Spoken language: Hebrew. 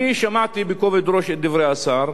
אני שמעתי בכובד ראש את דברי השר.